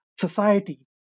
society